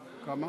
כמה?